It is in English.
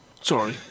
Sorry